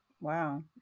Wow